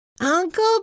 Uncle